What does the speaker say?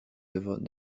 œuvres